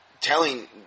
telling